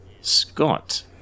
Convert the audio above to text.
Scott